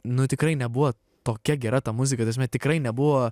nu tikrai nebuvo tokia gera ta muzika ta prasme tikrai nebuvo